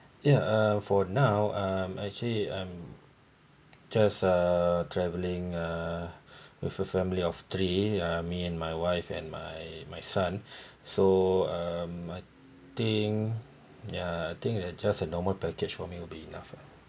yeah uh for now um actually I'm just uh travelling uh with a family of three uh me and my wife and my my son so um I think yeah I think that just a normal package for me will be enough eh